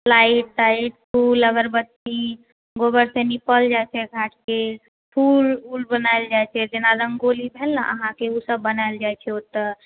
light ताइत फूल अगरबत्ती गोबर सँ निपल जाइ छै घाट के फूल ऊल बनायल जाइ छै जेना रंगोली भेल ने अहाँके ओ सब बनायल जाइ छै ओतए